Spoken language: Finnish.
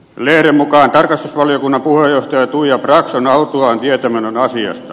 lehden mukaan tarkastusvaliokunnan puheenjohtaja tuija brax on autuaan tietämätön asiasta